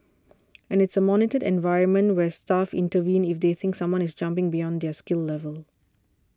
and it's a monitored environment where staff intervene if they think someone is jumping beyond their skill level